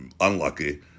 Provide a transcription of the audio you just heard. unlucky